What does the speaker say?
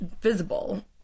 visible